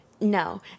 no